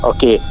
Okay